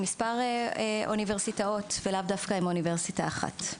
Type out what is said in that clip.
מספר אוניברסיטאות ולאו דווקא עם אוניברסיטה אחת.